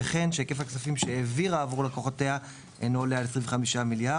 וכן שהיקף הכספים שהיא העבירה עבור לקוחותיה אינו עולה על 25 מיליארד,